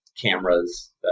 cameras